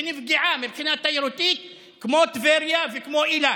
שנפגעה מבחינה תיירותית כמו טבריה וכמו אילת.